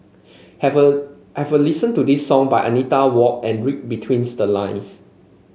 have a have a listen to this song by Anita Ward and read between the lines